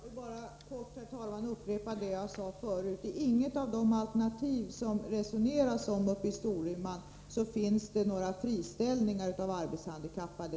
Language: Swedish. Herr talman! Jag vill bara kort upprepa vad jag sade förut: I inget av de alternativ som det resoneras om uppe i Storuman finns det med några friställningar av arbetshandikappade.